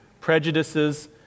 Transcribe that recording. prejudices